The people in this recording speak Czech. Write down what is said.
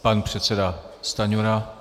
Pan předseda Stanjura.